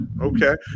Okay